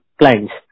clients